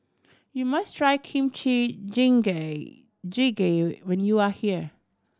you must try Kimchi Jjigae when you are here